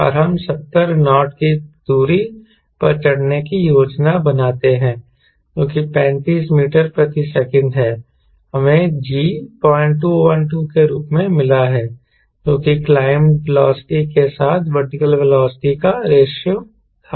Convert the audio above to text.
और हम 70 नॉट की दूरी पर चढ़ने की योजना बनाते हैं जो कि 35 मीटर प्रति सेकंड है हमें G 0212 के रूप में मिला है जो कि क्लाइंब वेलोसिटी के साथ वर्टिकल वेलोसिटी का रेशों था